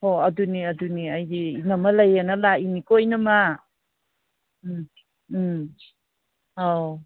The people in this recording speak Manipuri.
ꯍꯣ ꯑꯗꯨꯅꯦ ꯑꯗꯨꯅꯦ ꯑꯩꯗꯤ ꯏꯅꯝꯃ ꯂꯩꯌꯦꯅ ꯂꯥꯛꯏꯅꯤꯀꯣ ꯏꯅꯝꯃ ꯎꯝ ꯎꯝ ꯑꯧ